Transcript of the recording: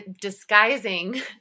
disguising